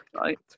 right